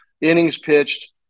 innings-pitched